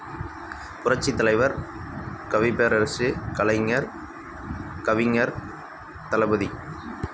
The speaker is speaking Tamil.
புரட்சித் தலைவர் கவிப் பேரரசு கலைஞர் கவிஞர் தளபதி